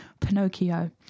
Pinocchio